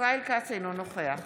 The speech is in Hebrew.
ישראל כץ, אינו נוכח